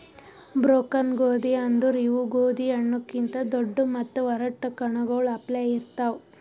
broken ಗೋದಿ ಅಂದುರ್ ಇವು ಗೋದಿ ಹಣ್ಣು ಕಿಂತ್ ದೊಡ್ಡು ಮತ್ತ ಒರಟ್ ಕಣ್ಣಗೊಳ್ ಅಪ್ಲೆ ಇರ್ತಾವ್